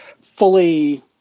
fully